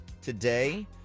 today